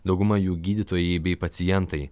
dauguma jų gydytojai bei pacientai